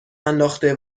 انداخته